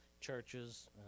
churches